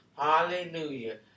hallelujah